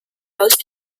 most